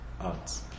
arts